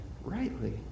rightly